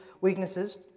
weaknesses